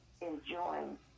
enjoying